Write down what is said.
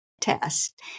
test